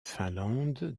finlande